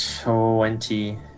twenty